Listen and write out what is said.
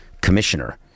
commissioner